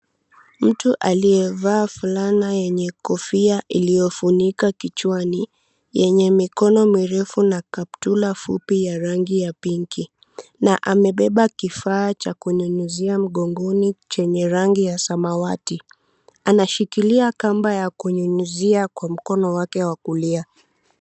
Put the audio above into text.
Mtu aliyevaa fulana yenye kofia iliyofunika kichwani yenye mikono mirefu na kaptura fupi ya rangi ya pinki na amebeba kifaa cha kunyunyizia mgongoni chenye rangi ya samawati. Anashikilia kamba ya kunyunyizia kwa mkono wake wa kulia.